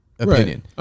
Opinion